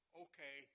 okay